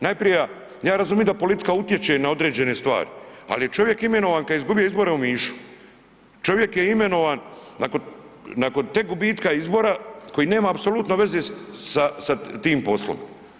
Najprija, ja razumijem da politika utječe na određene stvari, ali čovjek je imenovan kad je izgubio izbore u Omišu, čovjek je imenovan nakon tek gubitka izbora koji nema apsolutno veze sa tim poslom.